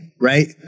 right